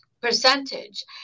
percentage